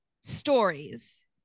stories